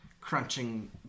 crunching